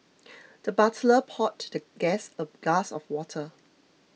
the butler poured the guest a glass of water